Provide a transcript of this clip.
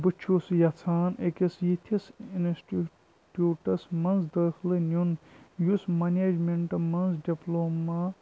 بہٕ چھُس یَژھان أکِس یِتھِس اِنسٹِٹیٛوٗٹس مَنٛز دٲخلہٕ نِیُن یُس مَنیجمٮ۪نٛٹ مَنٛز ڈِپلومہ